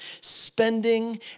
spending